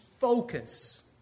focus